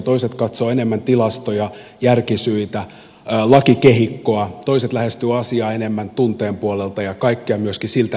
toiset katsovat enemmän tilastoja järkisyitä lakikehikkoa toiset lähestyvät asiaa enemmän tunteen puolelta ja on kaikkea myöskin siltä väliltä